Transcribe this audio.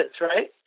right